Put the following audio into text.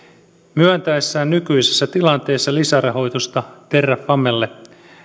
myöntäessään nykyisessä tilanteessa lisärahoitusta terrafamelle